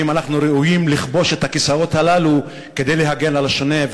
אם אנחנו ראויים לכבוש את הכיסאות הללו כדי להגן על השונה,